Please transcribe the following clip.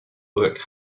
worked